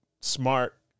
smart